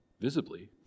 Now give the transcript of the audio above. visibly